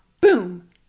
boom